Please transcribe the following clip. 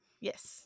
Yes